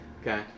Okay